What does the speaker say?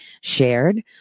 shared